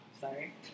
Sorry